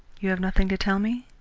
you have nothing to tell me?